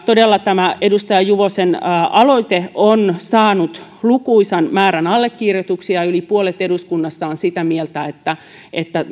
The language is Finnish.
todella edustaja juvosen aloite on saanut lukuisan määrän allekirjoituksia yli puolet eduskunnasta on sitä mieltä että että